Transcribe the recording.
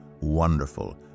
wonderful